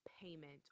payment